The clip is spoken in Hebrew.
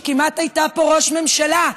שכמעט הייתה פה ראש ממשלה,